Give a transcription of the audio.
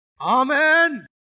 Amen